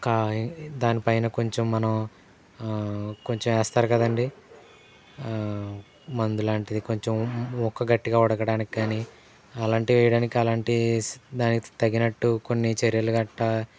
కా దానిపైన కొంచెం మనం కొంచెం ఏస్తారు కదండీ మందులాంటిది కొంచెం ముక్క గట్టిగా ఉడకడానికి కానీ అలాంటివి వేయడానికి అలాంటి దానికి తగినట్టు కొన్ని చర్యలు గట్టా